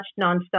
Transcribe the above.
nonstop